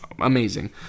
amazing